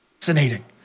fascinating